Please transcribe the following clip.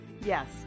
Yes